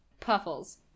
Puffles